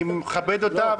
אני מכבד אותה,